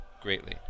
greatly